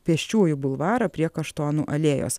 pėsčiųjų bulvarą prie kaštonų alėjos